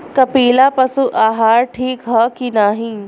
कपिला पशु आहार ठीक ह कि नाही?